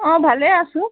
অঁ ভালেই আছো